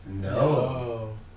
No